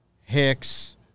Hicks